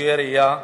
ולקויי ראייה,